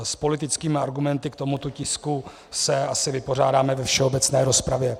S politickými argumenty k tomuto tisku se asi vypořádáme ve všeobecné rozpravě.